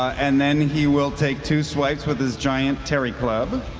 and then he will take two swipes with his giant tary club.